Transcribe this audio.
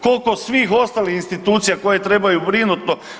Koliko svih ostalih institucija koje trebaju brinut?